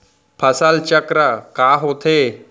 फसल चक्र का होथे?